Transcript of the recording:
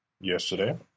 yesterday